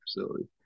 facility